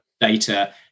Data